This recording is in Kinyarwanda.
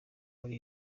ari